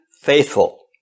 faithful